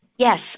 Yes